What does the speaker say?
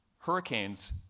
hurricanes,